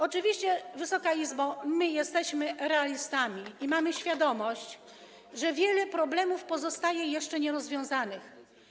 Oczywiście, Wysoka Izbo, jesteśmy realistami i mamy świadomość, że wiele problemów pozostaje jeszcze nierozwiązanych.